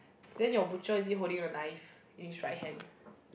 then your butcher is he holding a knife in his right hand